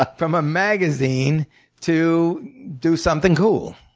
ah from a magazine to do something cool.